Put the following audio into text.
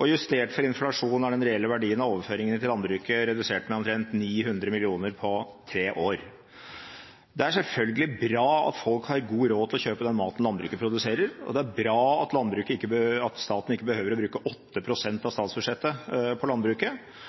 og justert for inflasjon er den reelle verdien av overføringene til landbruket redusert med omtrent 900 mill. kr på tre år. Det er selvfølgelig bra at folk har god råd til å kjøpe den maten landbruket produserer. Det er bra at staten ikke behøver å bruke 8 pst. av statsbudsjettet på landbruket,